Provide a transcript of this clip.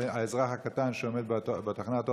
האזרח הקטן שעומד בתחנת האוטובוס,